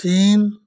चीन